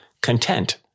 content